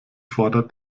fordert